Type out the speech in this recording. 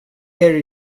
here